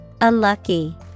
Unlucky